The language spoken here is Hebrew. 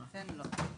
פנלון.